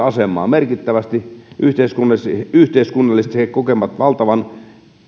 asemaa merkittävästi yhteiskunnallisesti yhteiskunnallisesti he kokevat valtavan